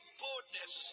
boldness